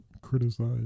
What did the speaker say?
Criticize